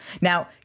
Now